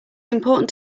important